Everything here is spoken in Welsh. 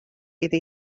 iddi